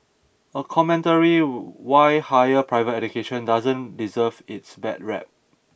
a commentary why higher private education doesn't deserve its bad rep